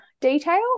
detail